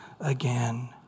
again